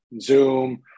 Zoom